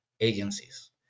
agencies